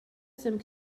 some